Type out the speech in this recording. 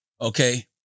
okay